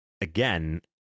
again